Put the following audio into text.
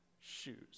shoes